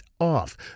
off